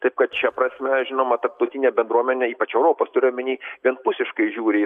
taip kad šia prasme žinoma tarptautinė bendruomenė ypač europos turiu omeny vienpusiškai žiūri į